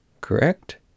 Correct